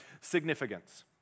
significance